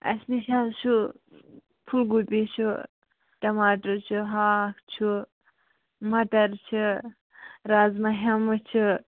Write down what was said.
اَسہِ نِش حظ چھُ پھوٗل گوٗپی چھُ ٹماٹر چھُ ہاکھ چھُ مٹر چھِ رازما ہیٚمہٕ چھِ